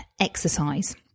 exercise